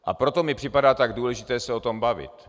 A proto mi připadá tak důležité se o tom bavit.